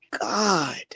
God